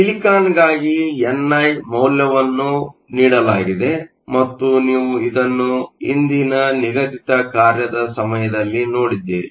ಸಿಲಿಕಾನ್ಗಾಗಿ N I ಮೌಲ್ಯವನ್ನು ನೀಡಲಾಗಿದೆ ಮತ್ತು ನೀವು ಇದನ್ನು ಹಿಂದಿನ ನಿಗದಿತ ಕಾರ್ಯದ ಸಮಯದಲ್ಲಿ ನೋಡಿದ್ದೀರಿ